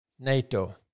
NATO